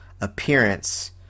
appearance